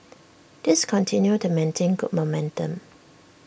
these continue to maintain good momentum